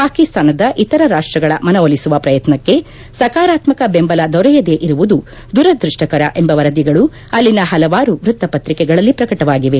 ಪಾಕಿಸ್ತಾನದ ಇತರ ರಾಷ್ಷಗಳ ಮನವೊಲಿಸುವ ಪ್ರಯತ್ನಕ್ಷೆ ಸಕರಾತ್ನಕ ಬೆಂಬಲ ದೊರೆಯದೇ ಇರುವುದು ದುರದ್ವಷ್ಷಕರ ಎಂಬ ವರದಿಗಳು ಅಲ್ಲಿನ ಪಲವಾರು ವ್ಯತ್ತಪತ್ರಿಕೆಗಳಲ್ಲಿ ಪ್ರಕಟವಾಗಿವೆ